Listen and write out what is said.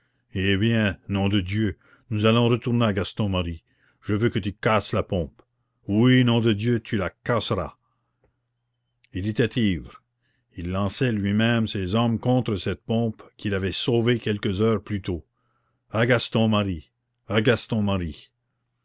eh bien nom de dieu nous allons retourner à gaston marie je veux que tu casses la pompe oui nom de dieu tu la casseras il était ivre il lançait lui-même ses hommes contre cette pompe qu'il avait sauvée quelques heures plus tôt a gaston marie à